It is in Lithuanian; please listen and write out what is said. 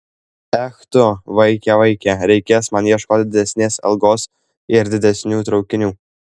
ech tu vaike vaike reikės man ieškoti didesnės algos ir didesnių traukinių